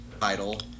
title